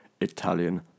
Italian